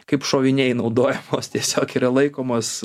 kaip šoviniai naudojamos tiesiog yra laikomos